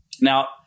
Now